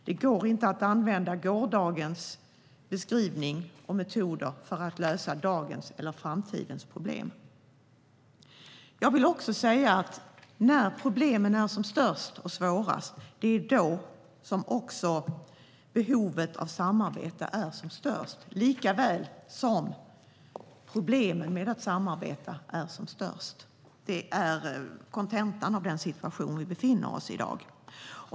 Det går inte att använda gårdagens beskrivning och metoder för att lösa dagens eller framtidens problem. Det är när problemen är som störst och svårast som behovet av samarbete är som störst, likaväl som problemen med ett samarbete är som störst. Det är kontentan av den situation vi befinner oss i.